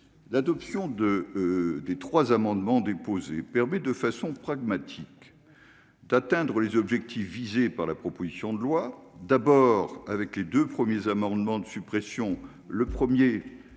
l'adoption de des 3 amendements déposés permet de façon pragmatique d'atteindre les objectifs visés par la proposition de loi d'abord avec les deux premiers amendements de suppression, le 1er